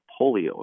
polio